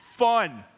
fun